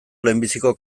lehenbiziko